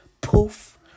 poof